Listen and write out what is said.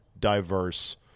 diverse